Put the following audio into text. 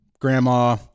grandma